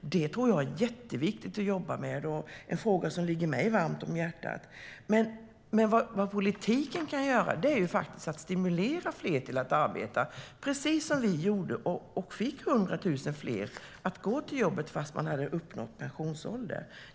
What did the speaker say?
Det tror jag är jätteviktigt att jobba med, och det är frågor som ligger mig varmt om hjärtat. Men vad politiken kan göra är att stimulera fler till att arbeta, precis som vi gjorde och därmed fick 100 000 fler att gå till jobbet trots att de uppnått pensionsåldern.